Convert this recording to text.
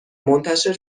منتشر